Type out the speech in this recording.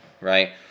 right